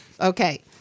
Okay